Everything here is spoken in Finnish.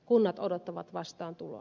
kunnat odottavat vastaantuloa